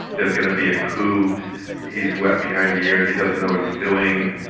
there's going to be coup he's wet behind the ears, he doesn't know what he's doing.